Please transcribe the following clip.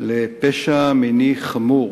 לפשע מיני חמור